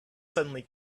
suddenly